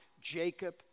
Jacob